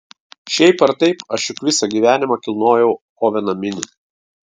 šiaip ar taip aš juk visą gyvenimą kilnojau oveną minį